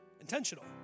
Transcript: intentional